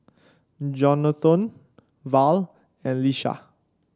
Jonathon Val and Lisha